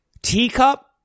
Teacup